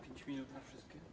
5 minut na wszystko?